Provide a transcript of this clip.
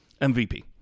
MVP